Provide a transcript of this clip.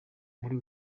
muri